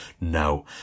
No